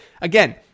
again